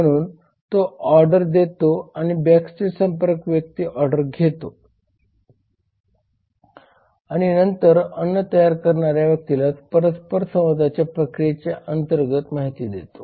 म्हणून तो ऑर्डर देतो आणि बॅकस्टेज संपर्क व्यक्ती ऑर्डर घेतो आणि नंतर अन्न तयार करणाऱ्या व्यक्तीला परस्परसंवादाच्या प्रक्रिये अंतर्गत माहिती देतो